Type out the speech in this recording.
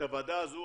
הוועדה הזו,